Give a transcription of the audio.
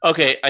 Okay